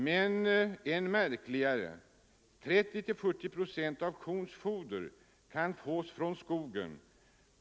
Men än märkligare: 30-40 procent av kons foder kan fås från skogen.